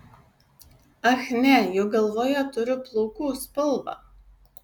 ach ne juk galvoje turiu plaukų spalvą